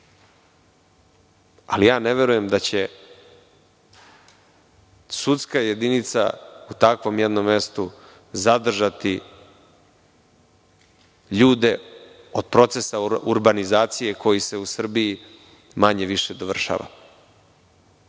ja ne verujem da će sudska jedinica u takvom jednom mestu zadržati ljude od procesa urbanizacije koji se u Srbiji manje-više završava.